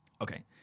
Okay